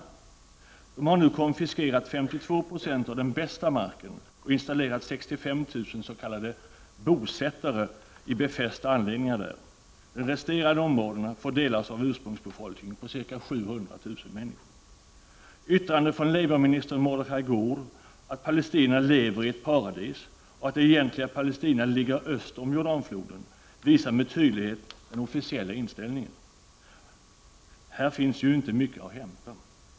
Israel har nu konfiskerat 52 96 av den bästa marken och installerat 65000 s.k. bosättare i befästa anläggningar. De resterande områdena får delas av ursprungsbefolkningen på 700 000 människor. Yttrandena från Labourministern Mordechai Gur att palestinierna lever i ett paradis och att det egentliga Palestina ligger öster om Jordanfloden visar med all tydlighet den officiella inställningen. Här finns inte mycket att hämta.